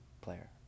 player